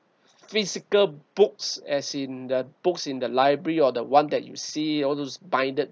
physical books as in the books in the library or the one that you see all those binded